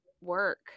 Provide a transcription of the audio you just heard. work